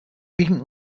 pink